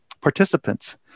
participants